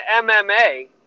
MMA